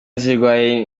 zirwaye